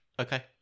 Okay